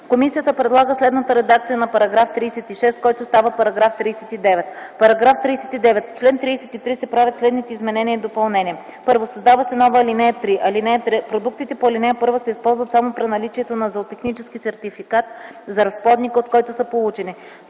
Комисията предлага следната редакция на § 36, който става § 39: „§ 39. В чл. 33 се правят следните изменения и допълнения: 1. Създава се нова ал. 3: „(3) Продуктите по ал. 1 се използват само при наличието на зоотехнически сертификат за разплодника, от който са получени.”